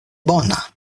bona